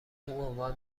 عنوان